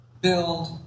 build